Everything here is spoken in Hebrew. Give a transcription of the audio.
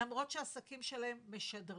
למרות שהעסקים שלהם משדרים.